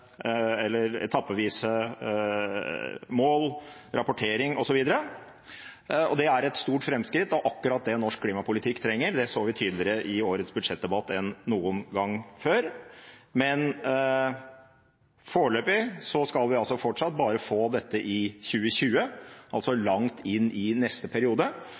eller etappevise mål, rapportering osv. Det er et stort framskritt og akkurat det norsk klimapolitikk trenger. Det så vi tydeligere i årets budsjettdebatt enn noen gang før. Foreløpig skal vi fortsatt bare få dette i 2020, langt inne i neste periode.